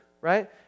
right